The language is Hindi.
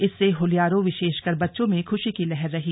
इससे होल्यारों विशेषकर बच्चों में ख्शी की लेहर रही